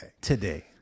today